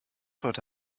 heute